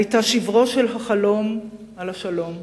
היתה שברו של החלום על השלום.